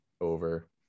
over